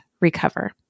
recover